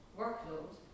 workload